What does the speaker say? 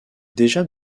déjà